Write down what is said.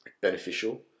beneficial